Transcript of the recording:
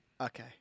Okay